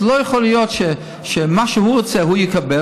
זה לא יכול להיות שמה שהוא רוצה הוא יקבל,